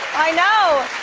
i know.